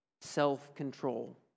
self-control